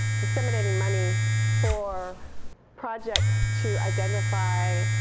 disseminating money for projects to identify